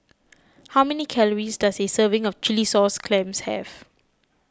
how many calories does a serving of Chilli Sauce Clams have